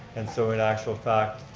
and so in actual fact,